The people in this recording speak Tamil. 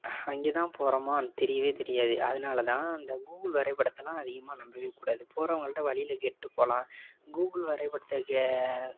அங்கே தான் போகறோமான் தெரியவே தெரியாது அதனாலதான் அந்த கூகுள் வரைப்படத்தெல்லாம் அதிகமாக நம்பவே கூடாது பிறவுங்கள்ட வழியில கேட்டு போகலாம் கூகுள் வரைப்படத்துக்கு